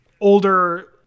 older